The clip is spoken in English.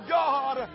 god